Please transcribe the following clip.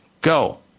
Go